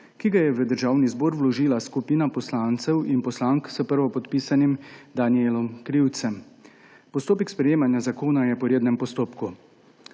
ki ga je v Državni zbor vložila skupina poslancev in poslank s prvopodpisanim Danijelom Krivcem. Postopek sprejemanja zakona je po rednem postopku.